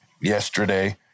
Yesterday